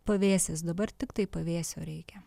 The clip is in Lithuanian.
pavėsis dabar tiktai pavėsio reikia